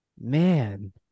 man